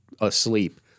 asleep